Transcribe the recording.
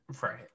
Right